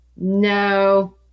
no